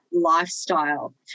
lifestyle